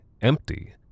empty